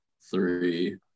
three